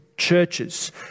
Churches